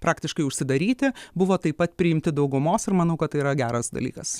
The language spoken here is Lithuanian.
praktiškai užsidaryti buvo taip pat priimti daugumos ir manau kad tai yra geras dalykas